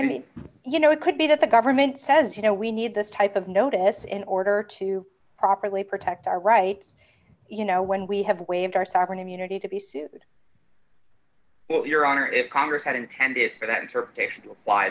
of any you know it could be that the government says you know we need this type of notice in order to properly protect our rights you know when we have waived our sovereign immunity to be sued your honor if congress had intended for that